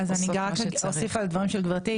אני רק אוסיף על הדברים של גברתי,